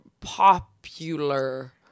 popular